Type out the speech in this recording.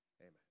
Amen